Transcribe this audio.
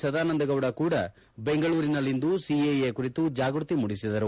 ಸದಾನಂದಗೌಡ ಕೂಡ ಬೆಂಗಳೂರಿನಲ್ಲಿಂದು ಸಿಎಎ ಕುರಿತು ಜಾಗ್ಯತಿ ಮೂಡಿಸಿದರು